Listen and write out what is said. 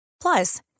Plus